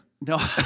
No